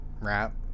wrap